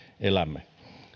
elämme